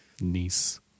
Niece